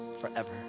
forever